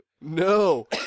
No